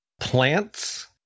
plants